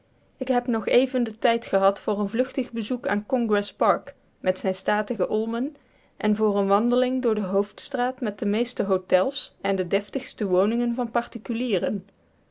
ik heb nog even den tijd gehad voor een vluchtig bezoek aan congress park met zijne statige olmen en voor een wandeling door de hoofdstraat met de meeste hôtels en de deftigste woningen van particulieren